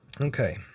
Okay